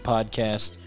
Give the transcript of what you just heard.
Podcast